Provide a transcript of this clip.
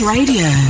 Radio